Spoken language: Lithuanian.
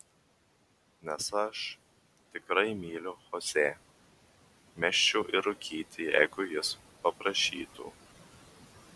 nes aš tikrai myliu chosė mesčiau ir rūkyti jeigu jis paprašytų